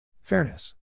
Fairness